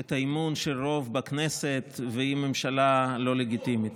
את האמון של הרוב בכנסת והיא ממשלה לא לגיטימית.